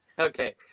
Okay